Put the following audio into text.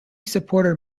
supported